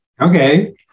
Okay